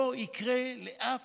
לא יקרה לאף